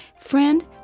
Friend